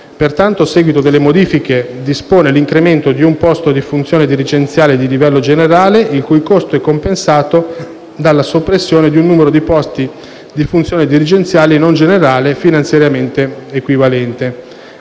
Pertanto, a seguito delle modifiche, dispone l'incremento di un posto di funzione dirigenziale di livello generale, il cui costo è compensato dalla soppressione di un numero di posti di funzione dirigenziale non generale finanziariamente equivalente.